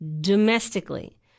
Domestically